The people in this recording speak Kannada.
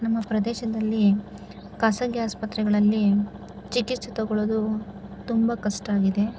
ನಮ್ಮ ಪ್ರದೇಶದಲ್ಲಿ ಖಾಸಗಿ ಆಸ್ಪತ್ರೆಗಳಲ್ಲಿ ಚಿಕಿತ್ಸೆ ತೊಗೊಳ್ಳೋದು ತುಂಬ ಕಷ್ಟ ಆಗಿದೆ